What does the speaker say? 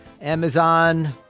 Amazon